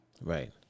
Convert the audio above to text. Right